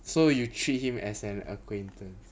so you treat him as an acquaintance